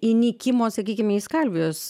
įnikimo sakykime į skalvijos